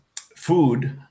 food